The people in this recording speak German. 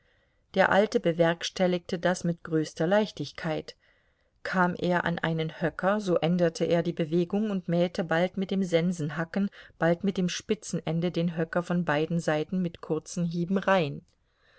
der alte bewerkstelligte das mit größter leichtigkeit kam er an einen höcker so änderte er die bewegung und mähte bald mit dem sensenhacken bald mit dem spitzen ende den höcker von beiden seiten mit kurzen hieben rein